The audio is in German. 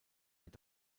mehr